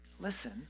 listen